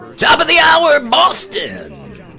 top of the hour, boston!